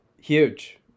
huge